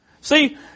See